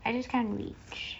I just can't reach